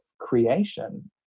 creation